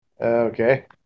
Okay